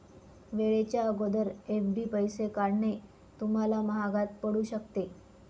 वेळेच्या अगोदर एफ.डी पैसे काढणे तुम्हाला महागात पडू शकते